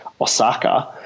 Osaka